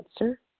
answer